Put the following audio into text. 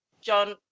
John